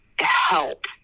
help